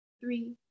three